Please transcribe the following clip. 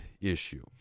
issue